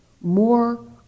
more